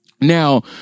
Now